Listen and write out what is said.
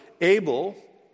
Abel